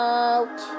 out